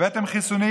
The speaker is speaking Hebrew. הבאתם חיסונים?